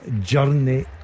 journey